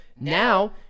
Now